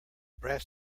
brass